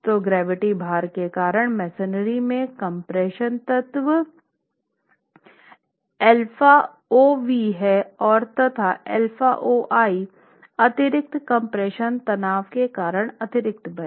तो ऊर्ध्वाधर भार के कारण मेंसरी में कम्प्रेशन तनाव है तथा अतिरिक्त कम्प्रेशन तनाव के कारण अतिरिक्त बल है